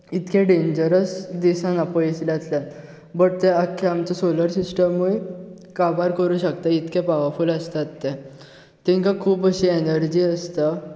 इतकें डेंजरस दिसना पयसुल्ल्यांतल्यान बट ते आख्खे आमचे सोलर सिस्टमूय काबार करूंक शकता इतकें पावरफुल आसतात ते तेंका खूब अशीं एनर्जी आसता